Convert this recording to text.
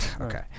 Okay